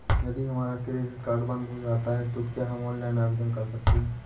यदि हमारा credit card बंद हो जाता है तो क्या हम ऑनलाइन आवेदन कर सकते हैं?